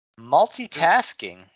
Multitasking